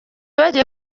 bagiye